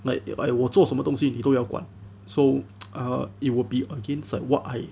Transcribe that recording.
like I 我做什么东西你都要管 so err it will be against like what I